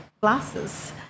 glasses